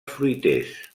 fruiters